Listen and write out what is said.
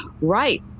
right